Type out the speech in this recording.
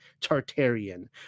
Tartarian